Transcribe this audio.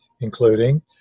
including